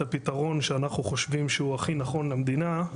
הפתרון שאנחנו חושבים שהוא הכי נכון למדינה.